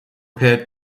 pet